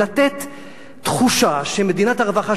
ולתת תחושה שמדינת הרווחה,